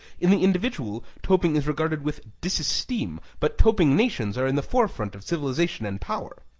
in the individual, toping is regarded with disesteem, but toping nations are in the forefront of civilization and power.